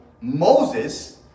Moses